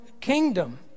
kingdom